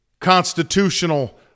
Constitutional